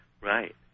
right